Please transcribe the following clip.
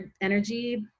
energy